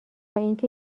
اینکه